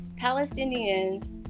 Palestinians